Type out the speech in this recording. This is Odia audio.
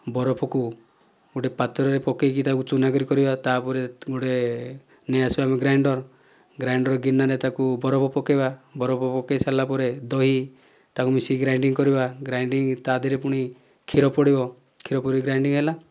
ବରଫକୁ ଗୋଟିଏ ପାତ୍ରରେ ପକାଇକି ତାକୁ ଚୁନା କରିବା ତା'ପରେ ଗୋଟିଏ ନେଇ ଆସିବା ଆମେ ଗ୍ରାଇଣ୍ଡର ଗ୍ରାଇଣ୍ଡର ଗିନାରେ ତାକୁ ବରଫ ପକାଇବା ବରଫ ପକାଇ ସାରିଲା ପରେ ଦହି ତାକୁ ମିଶାଇକି ଗ୍ରାଇଣ୍ଡିଙ୍ଗ କରିବା ଗ୍ରାଇଣ୍ଡିଙ୍ଗ ତା'ଦେହରେ ପୁଣି କ୍ଷୀର ପଡ଼ିବ କ୍ଷୀର ପରେ ଗ୍ରାଇଣ୍ଡିଙ୍ଗ ହେଲା